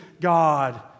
God